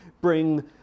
bring